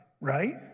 right